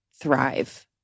thrive